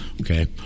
Okay